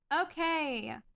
okay